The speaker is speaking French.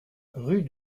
rue